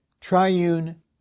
triune